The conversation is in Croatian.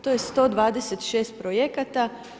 To je 126 projekata.